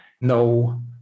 no